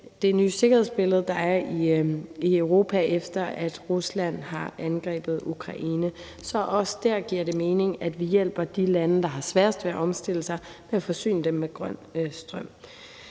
det nye sikkerhedsbillede, der er i Europa, efter at Rusland har angrebet Ukraine. Så også dér giver det mening, at vi hjælper de lande, der har sværest ved at omstille sig, ved at forsyne dem med grøn strøm.